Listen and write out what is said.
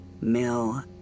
Mill